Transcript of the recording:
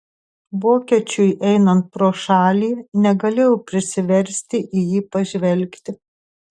vokiečiui einant pro šalį negalėjau prisiversti į jį pažvelgti